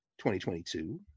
2022